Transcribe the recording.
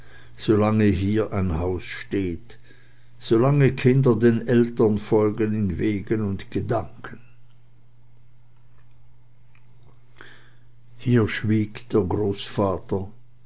solange hier ein haus steht solange kinder den eltern folgen in wegen und gedanken hier schwieg der großvater